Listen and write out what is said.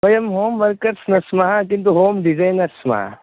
वयं home workers न स्मः किन्तु होम् डिसैनर् स्मः